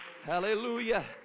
hallelujah